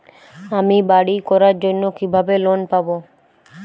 আমি বাড়ি করার জন্য কিভাবে লোন পাব?